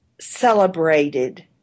celebrated